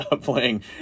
playing